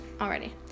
already